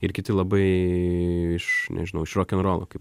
ir kiti labai iš nežinau iš rokenrolo kaip